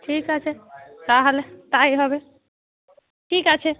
ঠিক আছে তা হলে তাই হবে ঠিক আছে